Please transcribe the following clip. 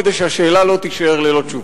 כדי שהשאלה לא תישאר ללא תשובה.